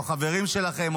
או החברים שלכם,